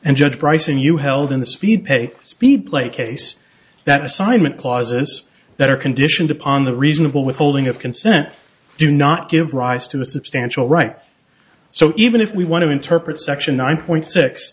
and judge pricing you held in the speed pay speedplay case that assignment clauses that are conditioned upon the reasonable withholding of consent do not give rise to a substantial right so even if we want to interpret section nine point six